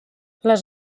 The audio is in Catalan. les